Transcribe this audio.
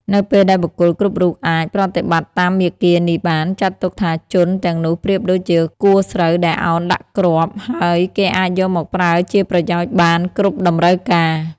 នៅពេល ដែលបុគ្គលគ្រប់រូបអាចប្រតិបត្តិតាមមាគ៌ានេះបាន ចាត់ទុកថាជន ទាំងនោះប្រៀបដូចជាគួរស្រូវដែលឱនដាក់គ្រាប់ ហើយគេអាចយកមកប្រើជាប្រយោជន៍បាន គ្រប់តម្រូវការ។